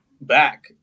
back